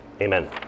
Amen